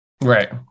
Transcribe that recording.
right